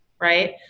right